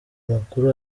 amakuru